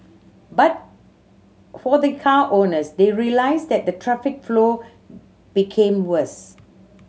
but for the car owners they realised that the traffic flow became worse